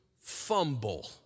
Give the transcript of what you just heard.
fumble